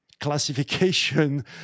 classification